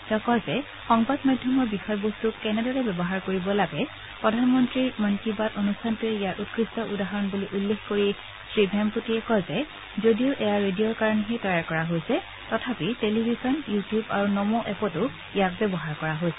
তেওঁ কয় যে সংবাদ মাধ্যমৰ বিষয়বস্তু কেনেদৰে ব্যৱহাৰ কৰিব লাগে প্ৰধানমন্ত্ৰীৰ মন কী বাত অনুষ্ঠানটোৱে ইয়াৰ উৎকৃষ্ট উদাহৰণ বুলি উল্লেখ কৰি শ্ৰী ভেমপট্টীয়ে কয় যে যদিও এয়া ৰেডিঅৰ কাৰণেহে তৈয়াৰ কৰা হৈছে তথাপি টেলিভিছন ইউ টিউব আৰু নমো এপতো ইয়াক ব্যৱহাৰ কৰা হৈছে